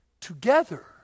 together